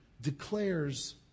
declares